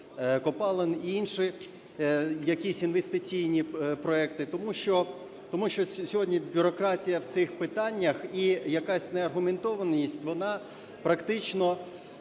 копалень і інші якісь інвестиційні проекти. Тому що сьогодні бюрократія в цих питаннях і якась неаргументованість, вона практично